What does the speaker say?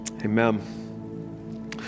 Amen